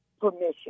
permission